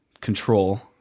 control